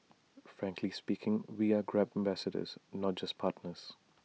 frankly speaking we are grab ambassadors not just partners